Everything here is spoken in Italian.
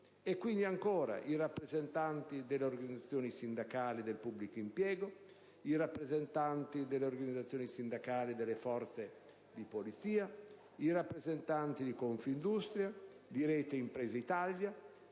pubbliche; i rappresentanti delle organizzazioni sindacali del pubblico impiego, i rappresentanti delle organizzazioni sindacali delle forze di polizia, i rappresentanti della Confindustria, di Rete imprese Italia,